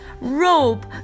rope